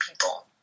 people